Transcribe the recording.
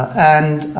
and